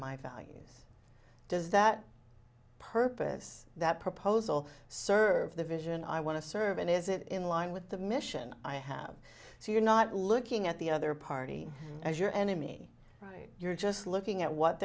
my values does that purpose that proposal serve the vision i want to serve and is it in line with the mission i have so you're not looking at the other party as your enemy right you're just looking at what